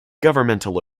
governmental